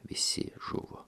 visi žuvo